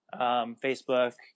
Facebook